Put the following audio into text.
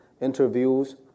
interviews